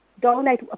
Donate